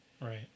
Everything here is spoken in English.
Right